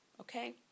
Okay